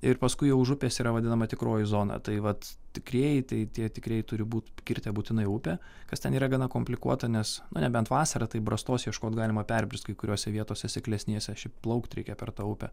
ir paskui už upės yra vadinama tikroji zona tai vat tikrieji tai tie tikrieji turi būt kirtę būtinai upę kas ten yra gana komplikuota nes na nebent vasarą tai brastos ieškot galima perbrist kai kuriose vietose seklesnėse šiaip plaukt reikia per tą upę